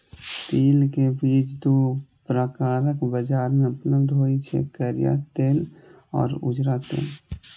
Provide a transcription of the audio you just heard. तिल के बीज दू प्रकारक बाजार मे उपलब्ध होइ छै, करिया तिल आ उजरा तिल